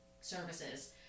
services